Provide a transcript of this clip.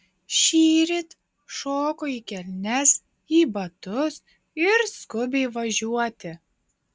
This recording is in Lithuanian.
šįryt šoko į kelnes į batus ir skubiai važiuoti